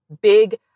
big